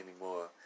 anymore